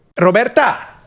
Roberta